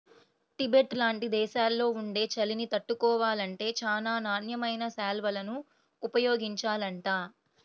Tibet లాంటి దేశాల్లో ఉండే చలిని తట్టుకోవాలంటే చానా నాణ్యమైన శాల్వాలను ఉపయోగించాలంట